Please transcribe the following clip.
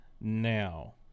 now